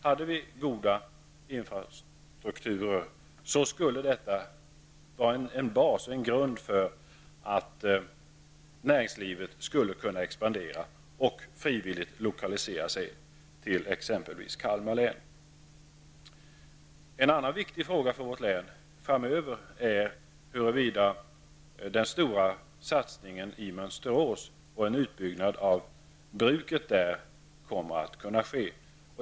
Hade vi goda infrastrukturer, skulle detta utgöra en bas och en grund för att näringslivet skulle kunna expandera och frivilligt lokalisera sig till exempelvis Kalmar län. En annan viktig fråga för vårt län framöver är huruvida den stora satsningen i Mönsterås och en utbyggnad av bruket där kommer att kunna ske.